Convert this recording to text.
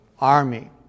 army